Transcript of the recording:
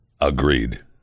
Agreed